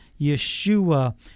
Yeshua